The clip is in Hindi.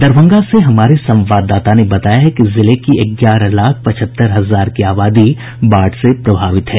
दरभंगा से हमारे संवाददाता ने बताया है कि जिले की ग्यारह लाख पचहत्तर हजार की आबादी बाढ़ से प्रभावित है